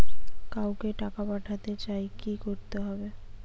কাউকে টাকা পাঠাতে চাই কি করতে হবে?